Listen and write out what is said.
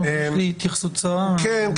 תודה.